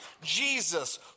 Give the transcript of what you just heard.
Jesus